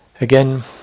again